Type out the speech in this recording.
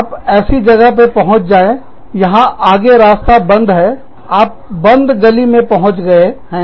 आप ऐसे जगह पर पहुंच गए हैं यहां आगे रास्ता बंद है आप बंद गली में पहुंच गए हैं